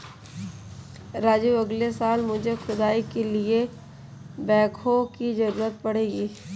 राजू अगले साल मुझे खुदाई के लिए बैकहो की जरूरत पड़ेगी